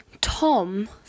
Tom